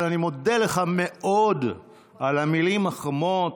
אבל אני מודה לך מאוד על המילים החמות,